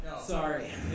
Sorry